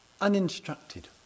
uninstructed